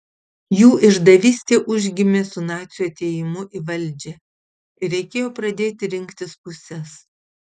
jų išdavystė užgimė su nacių atėjimu į valdžią ir reikėjo pradėti rinktis puses